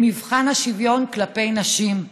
במבחן השוויון כלפי נשים.